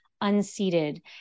unseated